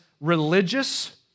religious